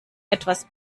etwas